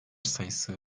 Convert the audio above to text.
sayısı